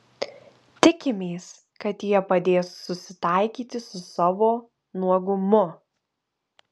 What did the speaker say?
tikimės kad jie padės susitaikyti su savo nuogumu